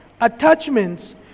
attachments